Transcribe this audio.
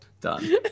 done